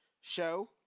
show